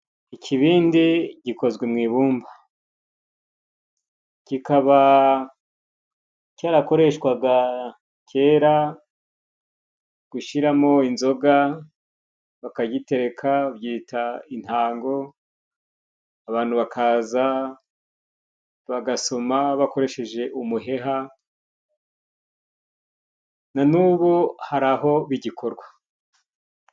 Ikibindi gikozwe mu ibumba. Kikaba cyararakoreshwaga cyera gushyiramo inzoga, bakagitereka babyita intango, abantu bakaza bagasoma bakoresheje umuheha. Na n'ubu hari aho bigikorwa.